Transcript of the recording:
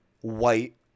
white